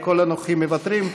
כל הנוכחים מוותרים?